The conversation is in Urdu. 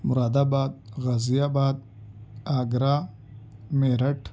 مرادآباد غازی آباد آگرہ میرٹھ